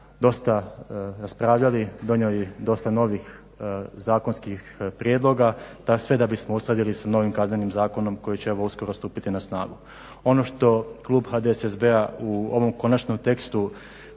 dosta raspravljali, donijeli dosta novih zakonskih prijedloga da sve da bismo uskladili sa novim Kaznenim zakonom koji će uskoro stupiti na snagu. Ono što klub HDSSB-a u ovom konačnom tekstu